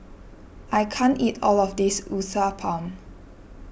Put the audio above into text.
I can't eat all of this Uthapam